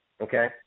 Okay